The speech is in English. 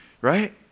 right